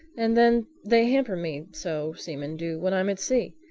and then they hamper me so, seamen do, when i'm at sea.